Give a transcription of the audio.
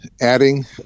adding